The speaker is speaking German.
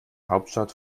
hauptstadt